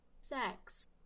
sex